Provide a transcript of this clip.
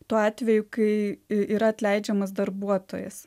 tuo atveju kai yra atleidžiamas darbuotojas